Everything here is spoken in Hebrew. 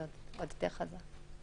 זה עוד יותר חזק.